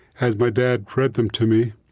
as my dad read them to me,